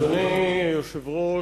אדוני היושב-ראש,